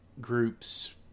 groups